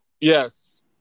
Yes